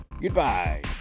goodbye